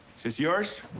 this yours?